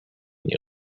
new